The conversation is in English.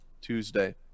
Tuesday